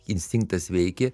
instinktas veikė